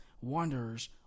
Wanderers